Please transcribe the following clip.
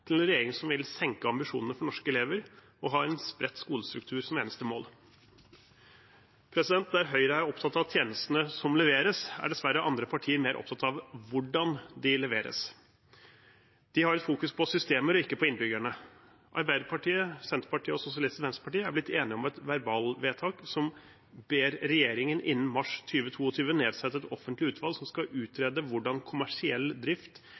til en regjering som vil senke ambisjonene for norske elever, og som har en spredt skolestruktur som eneste mål. Der Høyre er opptatt av tjenestene som leveres, er dessverre andre partier mer opptatt av hvordan de leveres. De har et fokus på systemer, ikke på innbyggerne. Arbeiderpartiet, Senterpartiet og Sosialistisk Venstreparti er blitt enige om et verbalvedtak som «ber regjeringen innen mars 2022 nedsette et offentlig utvalg som skal utrede hvordan kommersiell drift